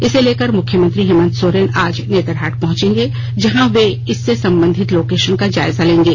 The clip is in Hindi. इसे लेकर मुख्यमंत्री हेमंत सोरेन आज नेतरहाट पहुंचेंगे जहां वे इससे संबंधित लोके ान का जायजा लेंगे